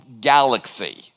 galaxy